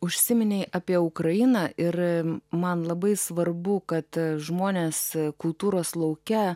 užsiminei apie ukrainą ir man labai svarbu kad žmonės kultūros lauke